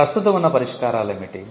ప్రస్తుతం ఉన్న పరిష్కారాలు ఏమిటి